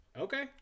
Okay